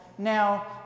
now